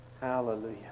Hallelujah